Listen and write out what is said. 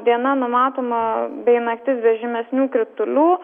diena numatoma bei naktis be žymesnių kritulių